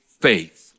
faith